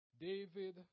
David